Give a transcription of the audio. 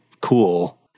cool